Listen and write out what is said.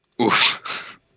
Oof